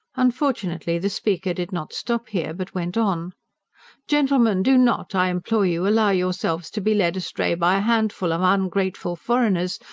unfortunately the speaker did not stop here, but went on gentlemen! do not, i implore you, allow yourselves to be led astray by a handful of ungrateful foreigners,